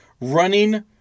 running